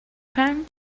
penn